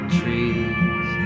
trees